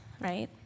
Right